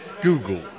Google